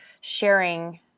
sharing